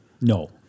No